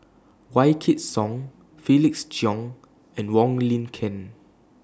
Wykidd Song Felix Cheong and Wong Lin Ken